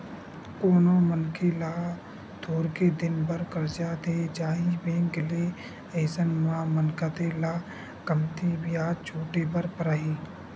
कोनो मनखे ल थोरके दिन बर करजा देय जाही बेंक ले अइसन म मनखे ल कमती बियाज छूटे बर परही